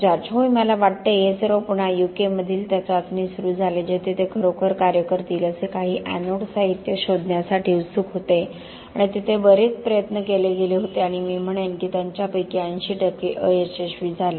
George होय मला वाटते हे सर्व पुन्हा यूके मधील त्या चाचणीत सुरू झाले जेथे ते खरोखर कार्य करतील असे काही एनोड साहित्य शोधण्यासाठी उत्सुक होते आणि तेथे बरेच प्रयत्न केले गेले होते आणि मी म्हणेन की त्यांच्यापैकी 80 टक्के अयशस्वी झाले